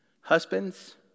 husbands